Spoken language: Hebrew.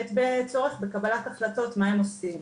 בצורך בקבלת החלטות מה הם עושים.